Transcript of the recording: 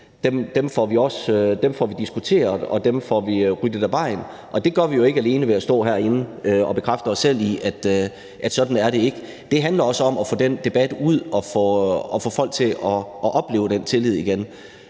af de misforståelser, der ligger, af vejen, og det gør vi jo ikke alene ved at stå herinde og bekræfte os selv i, at sådan er det ikke. Det handler også om at få den debat ud og få folk til at opleve den tillid igen.